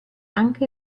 anche